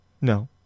No